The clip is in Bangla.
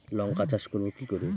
লঙ্কা চাষ করব কি করে?